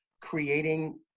creating